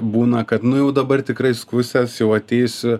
būna kad nu jau dabar tikrai skusiuos jau ateisiu